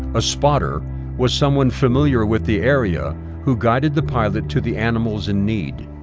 a spotter was someone familiar with the area who guided the pilot to the animals in need.